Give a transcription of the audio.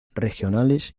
regionales